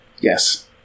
Yes